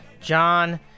John